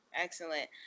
Excellent